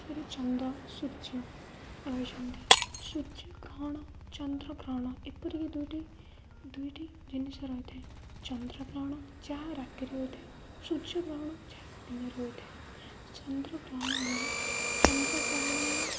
ରେ ଚନ୍ଦ୍ର ସୂର୍ଯ୍ୟ ରହିଛନ୍ତି ସୂର୍ଯ୍ୟଗ୍ରହଣ ଚନ୍ଦ୍ରଗ୍ରହଣ ଏପରିକି ଦୁଇଟି ଦୁଇଟି ଜିନିଷ ରହିଥାଏ ଚନ୍ଦ୍ରଗ୍ରହଣ ଯାହା ରାତିରେ ହୋଇଥାଏ ସୂର୍ଯ୍ୟଗ୍ରହଣ ଯାହା ଦିନରେ ହୋଇଥାଏ ଚନ୍ଦ୍ରଗ୍ରହଣ ଦ୍ୱାରା ଚନ୍ଦ୍ରଗ୍ରହଣ